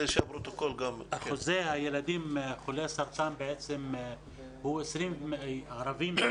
אחוזי הילדים חולי הסרטן הערבים הוא